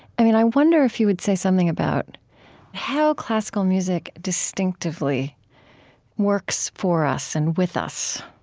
i wonder if you would say something about how classical music distinctively works for us and with us.